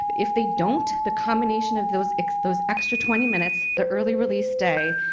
if they don't, the combination of those those extra twenty minutes the early release day,